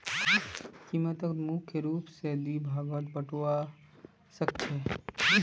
कीमतक मुख्य रूप स दी भागत बटवा स ख छ